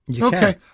Okay